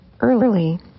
early